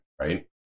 right